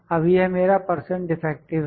अब यह मेरा परसेंट डिफेक्टिव है